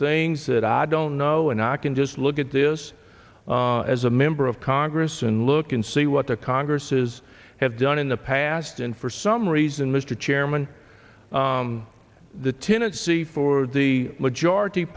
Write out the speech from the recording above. things that i don't know and i can just look at this as a member of congress and look and see what the congress has had done in the past and for some reason mr chairman the tennessee for the majority